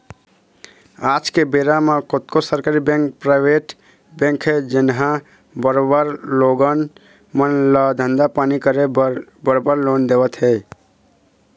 आज के बेरा म कतको सरकारी बेंक, पराइवेट बेंक हे जेनहा बरोबर लोगन मन ल धंधा पानी करे बर बरोबर लोन देवत हे